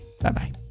Bye-bye